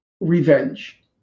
revenge